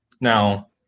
now